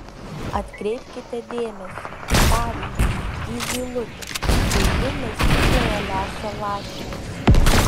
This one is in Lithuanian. atkreipkite dėmesį pavyzdžiui į zylutę kai ji lesykloje lesa lašinius